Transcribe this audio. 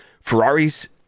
Ferraris